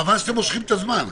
חבל שאתם מושכים את הזמן.